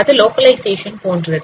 அது லொகலைசேஷன் போன்றது